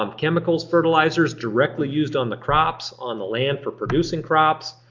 um chemicals, fertilizers directly used on the crops, on the land for reducing crops,